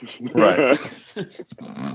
Right